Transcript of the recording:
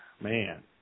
Man